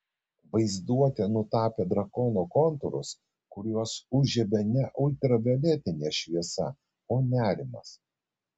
vaizduotė nutapė drakono kontūrus kuriuos užžiebė ne ultravioletinė šviesa o nerimas